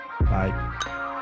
Bye